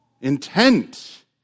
intent